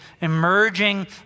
emerging